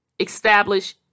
Establish